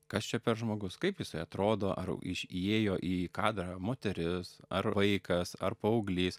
kas čia per žmogus kaip jisai atrodo ar įėjo į kadrą moteris ar vaikas ar paauglys